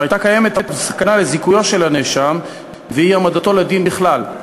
והייתה קיימת אף סכנה של זיכוי הנאשם ואי-העמדתו לדין בכלל.